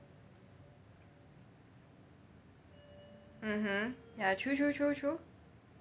mmhmm ya true true true true